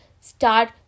start